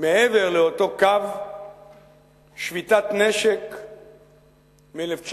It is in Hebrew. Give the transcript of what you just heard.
מעבר לאותו קו שביתת נשק מ-1949,